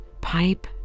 Pipe